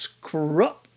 corrupt